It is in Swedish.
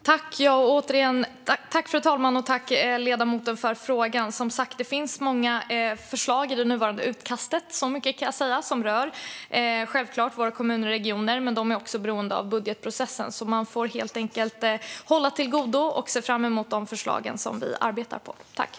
Fru talman! Det finns, som sagt, många förslag i det nuvarande utkastet - så mycket kan jag säga - som självklart rör våra kommuner och regioner, men de är också beroende av budgetprocessen. Man får helt enkelt hålla till godo och se fram emot de förslag som vi arbetar med.